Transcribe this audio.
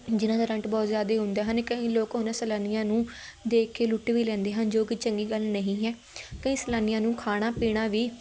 ਜਿਹਨਾਂ ਦਾ ਰੈਂਟ ਬਹੁਤ ਜ਼ਿਆਦਾ ਹੁੰਦੇ ਹਨ ਕਈ ਲੋਕ ਉਹਨਾਂ ਸੈਲਾਨੀਆਂ ਨੂੰ ਦੇਖ ਕੇ ਲੁੱਟ ਵੀ ਲੈਂਦੇ ਹਨ ਜੋ ਕਿ ਚੰਗੀ ਗੱਲ ਨਹੀਂ ਹੈ ਕਈ ਸੈਲਾਨੀਆਂ ਨੂੰ ਖਾਣਾ ਪੀਣਾ ਵੀ